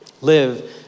Live